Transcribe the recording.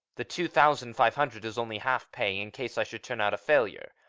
the two thousand five hundred is only half pay in case i should turn out a failure.